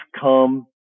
come